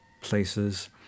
places